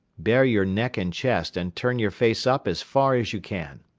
bare your neck and chest and turn your face up as far as you can.